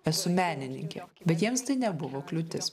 esu menininkė bet jiems tai nebuvo kliūtis